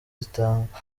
zitandatu